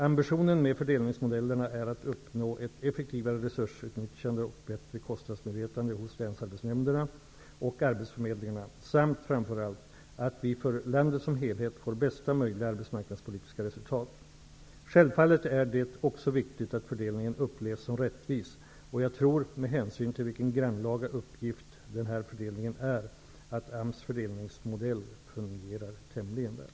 Ambitionen med fördelningsmodellerna är att uppnå ett effektivare resursutnyttjande och bättre kostnadsmedvetande hos länsarbetsnämnderna och arbetsförmedlingarna samt -- framför allt -- att vi för landet som helhet får bästa möjliga arbetsmarknadspolitiska resultat. Självfallet är det också viktigt att fördelningen upplevs som rättvis, och jag tror, med hänsyn till den grannlaga uppgift den här fördelningen är, att AMS fördelningsmodell fungerar tämligen väl.